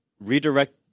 redirect